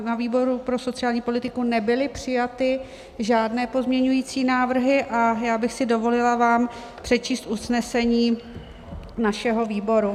Na výboru pro sociální politiku nebyly přijaty žádné pozměňovací návrhy a já bych si dovolila vám přečíst usnesení našeho výboru.